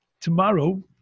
Tomorrow